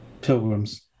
Pilgrims